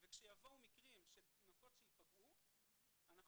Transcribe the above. וכשיבואו מקרים של תינוקות שיפגעו אנחנו